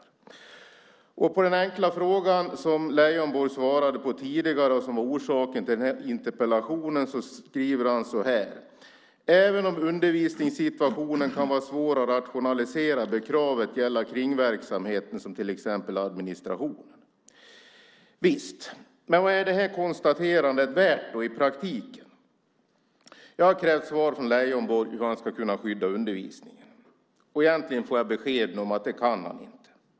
I svaret på den enkla fråga som Leijonborg fick tidigare och som var orsaken till interpellationen skriver han så här: "Även om själva undervisningssituationen kan vara svår att rationalisera bör kravet gälla kringverksamhet som till exempel administration." Visst, men vad är det konstaterandet värt i praktiken? Jag har krävt svar från Leijonborg om hur man ska kunna skydda undervisningen. Egentligen får jag nu beskedet att man inte kan göra det.